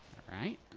alright.